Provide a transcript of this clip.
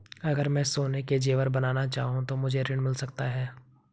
अगर मैं सोने के ज़ेवर बनाना चाहूं तो मुझे ऋण मिल सकता है?